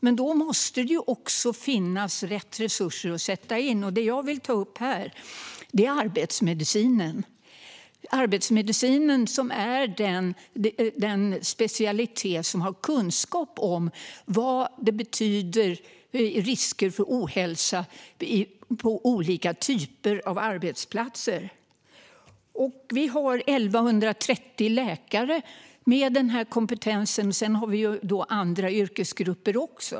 Men då måste det också finnas rätt resurser att sätta in. Jag vill ta upp arbetsmedicinen. Det är den specialitet som innebär att man har kunskap om risker för ohälsa på olika typer av arbetsplatser. Vi har 1 130 läkare med den kompetensen. Det finns andra yrkesgrupper också.